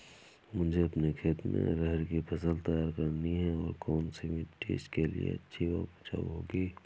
मुझे अपने खेत में अरहर की फसल तैयार करनी है और कौन सी मिट्टी इसके लिए अच्छी व उपजाऊ होगी?